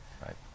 right